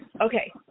Okay